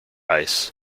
ice